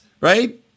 right